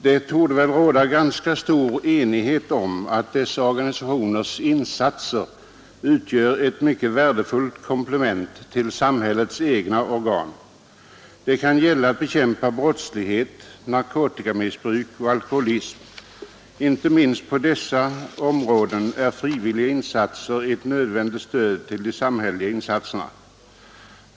Det torde råda ganska stor enighet om att dessa organisationers insatser utgör ett mycket värdefullt komplement till de insatser som görs av samhällets egna organ. Det kan gälla att bekämpa brottslighet, narkotikamissbruk och alkoholism. Inte minst på dessa områden är frivilliga insatser ett nödvändigt stöd för de samhälleliga insatserna.